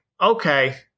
Okay